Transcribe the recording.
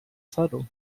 subtle